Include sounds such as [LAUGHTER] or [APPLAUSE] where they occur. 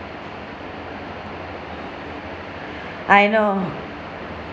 [BREATH] I know